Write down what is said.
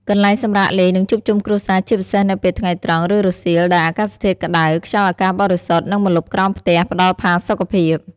កន្លែងសម្រាកលេង និងជួបជុំគ្រួសារ ជាពិសេសនៅពេលថ្ងៃត្រង់ ឬរសៀលដែលអាកាសធាតុក្តៅ ខ្យល់អាកាសបរិសុទ្ធ និងម្លប់ក្រោមផ្ទះផ្តល់ផាសុកភាព ។